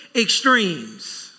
extremes